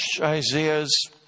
Isaiah's